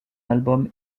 album